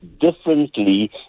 differently